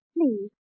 Please